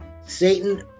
Satan